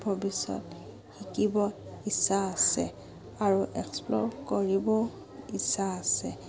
ভৱিষ্যত শিকিব ইচ্ছা আছে আৰু এক্সপ্ল'ৰ কৰিবও ইচ্ছা আছে